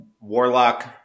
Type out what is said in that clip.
Warlock